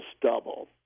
double